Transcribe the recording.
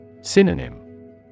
Synonym